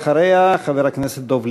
ואחריה, חבר הכנסת דב ליפמן.